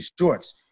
shorts